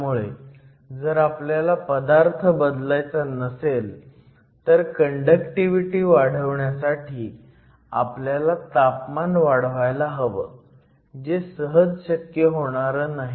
त्यामुळे जर आपल्याला पदार्थ बदलायचा नसेल तर कँडक्टीव्हीटी वाढवण्यासाठी आपल्याला तापमान वाढवायला हवं जे सहज शक्य होणारं नाही